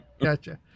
Gotcha